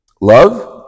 Love